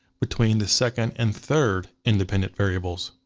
between the second and third independent variables.